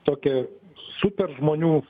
tokią superžmonių